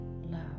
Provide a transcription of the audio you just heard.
love